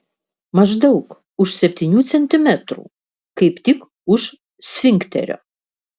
maždaug už septynių centimetrų kaip tik už sfinkterio